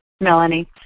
Melanie